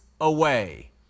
away